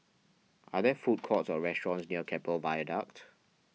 are there food courts or restaurants near Keppel Viaduct